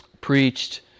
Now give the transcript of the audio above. preached